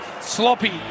Sloppy